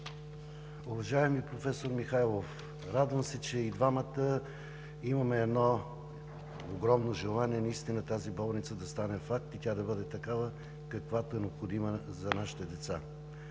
Уважаеми професор Михайлов, радвам се, че и двамата имаме едно огромно желание наистина тази болница да стане факт и тя да бъде такава, каквато е необходима за нашите деца.